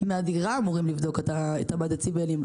אמורים לבדוק את מד הדציבלים מהדירה,